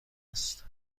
است